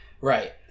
Right